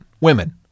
women